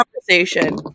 conversation